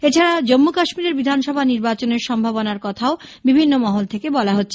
এছাড়া জম্মু কাশ্মিরের বিধানসভা নির্বাচনের সম্ভাবনার কথাও বিভিন্ন মহল থেকে বলা হচ্ছে